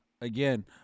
again